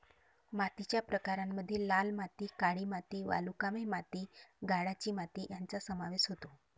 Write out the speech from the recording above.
मातीच्या प्रकारांमध्ये लाल माती, काळी माती, वालुकामय माती, गाळाची माती यांचा समावेश होतो